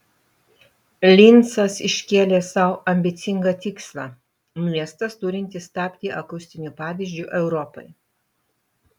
lincas iškėlė sau ambicingą tikslą miestas turintis tapti akustiniu pavyzdžiu europai